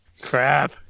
Crap